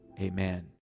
Amen